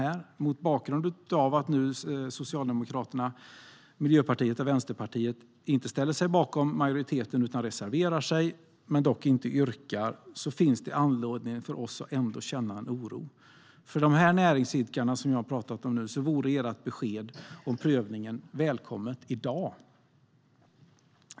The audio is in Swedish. Men mot bakgrund av att Socialdemokraterna, Miljöpartiet och Vänsterpartiet nu inte ställer sig bakom majoriteten utan reserverar sig, dock inte yrkar bifall till sin reservation, finns det ändå anledning för oss att känna oro. För de näringsidkare som jag har pratat om nu vore ert besked om prövningen välkommet i dag.